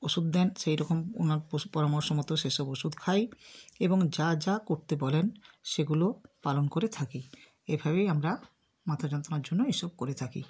ওষুধ দেন সেই রকম ওনার পোষ পরামর্শ মতো সেসব ওষুধ খাই এবং যা যা করতে বলেন সেগুলো পালন করে থাকি এভাবেই আমরা মাথা যন্ত্রণার জন্য এসব করে থাকি